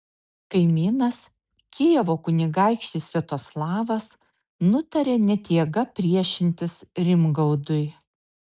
kaimynas kijevo kunigaikštis sviatoslavas nutarė net jėga priešintis rimgaudui